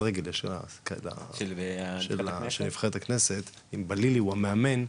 רגל של נבחרת הכנסת עם בלילי שהוא המאמן,